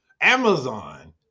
Amazon